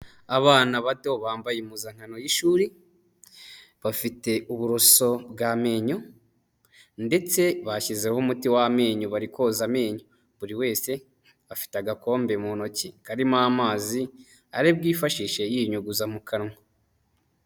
Abana bato bambaye impuzankano y'ishuri, bafite uburoso bw'amenyo, ndetse bashyizeho umuti w'amenyo, bari koza amenyo. Buri wese afite agakombe mu ntoki karimo amazi, ari bwifashishe yiyunyuguza mu kanwa.